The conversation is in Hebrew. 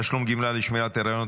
(תשלום גמלה לשמירת היריון),